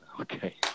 Okay